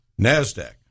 Nasdaq